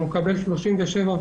הוא מקבל 37.5%,